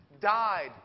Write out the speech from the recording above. died